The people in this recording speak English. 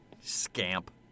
Scamp